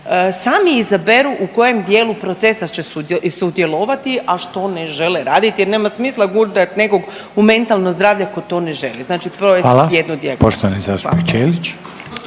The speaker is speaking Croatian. sami izaberu u kojem djelu procesa će sudjelovati, a što ne žele raditi jer nema smisla gurtat nekog u mentalno zdravlje ako to ne želi. Znači provesti